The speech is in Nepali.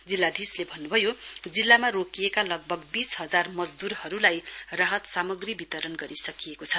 जिल्लाधीशले भन्नुभयो जिल्लामा रोकिएका लगभग बीस हजार मजदूरहरूलाई राहत सामग्री वितरण गरिसकिएको छ